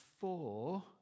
four